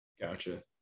Gotcha